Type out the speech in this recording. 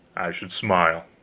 i should smile.